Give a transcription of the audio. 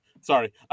Sorry